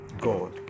god